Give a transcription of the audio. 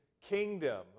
kingdom